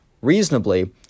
reasonably